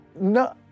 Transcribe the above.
No